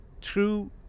true